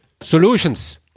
solutions